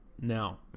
now